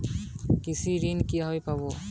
কৃষি ঋন কিভাবে পাব?